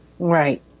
Right